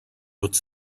but